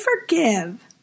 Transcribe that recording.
forgive